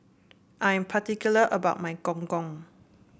I am particular about my Gong Gong